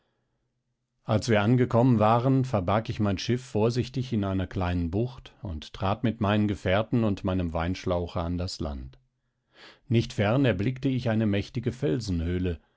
als wir angekommen waren verbarg ich mein schiff vorsichtig in einer kleinen bucht und trat mit meinen gefährten und meinem weinschlauche an das land nicht fern erblickte ich eine mächtige